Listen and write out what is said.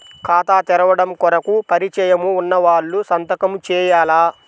ఖాతా తెరవడం కొరకు పరిచయము వున్నవాళ్లు సంతకము చేయాలా?